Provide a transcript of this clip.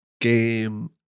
game